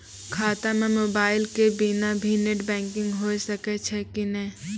खाता म मोबाइल के बिना भी नेट बैंकिग होय सकैय छै कि नै?